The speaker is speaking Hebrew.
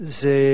זה,